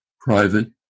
private